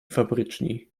fabryczni